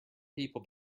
people